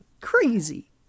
crazy